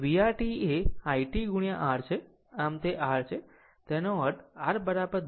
તો VR t એ i t Rછે આમ તે r છે તેનો અર્થ R 10 Ω